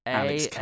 Alex